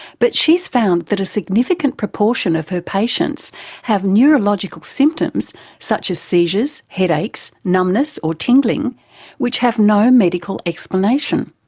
but she's found that a significant proportion of her patients have neurological symptoms such as seizures, headaches, numbness or tingling which have no medical explanation.